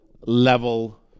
level